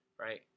right